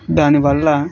దానివల్ల